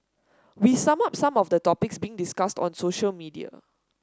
we sum up some of the topics being discussed on social media